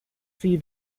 see